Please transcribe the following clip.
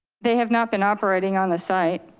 they have not been operating on the site.